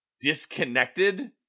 disconnected